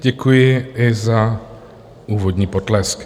Děkuji i za úvodní potlesk.